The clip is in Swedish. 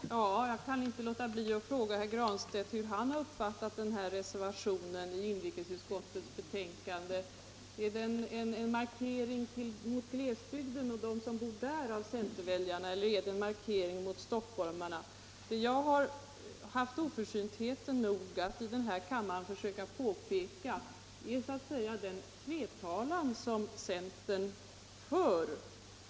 Fru talman! Jag kan inte låta bli att fråga herr Granstedt hur han har uppfattat den här reservationen vid inrikesutskottets betänkande. Är den en markering mot glesbygden och de centerväljare som bor där eller är den en markering mot stockholmarna? Jag har haft oförsyntheten att här i kammaren försöka påvisa den tvetalan som centern invecklar sig i.